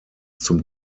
zum